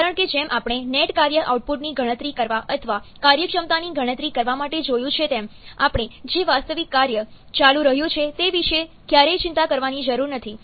કારણ કે જેમ આપણે નેટ કાર્ય આઉટપુટની ગણતરી કરવા અથવા કાર્યક્ષમતાની ગણતરી કરવા માટે જોયું છે તેમ આપણે જે વાસ્તવિક કાર્ય ચાલી રહ્યું છે તે વિશે ક્યારેય ચિંતા કરવાની જરૂર નથી